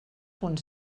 punt